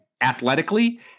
athletically